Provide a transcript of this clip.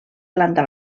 planta